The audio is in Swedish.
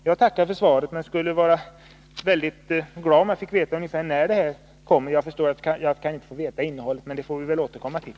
Jag tackar för svaret, men jag skulle vara mycket glad om jag fick veta ungefär när förslag kommer. Jag förstår att jag inte kan få veta innehållet nu, men det får vi återkomma till.